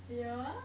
yeah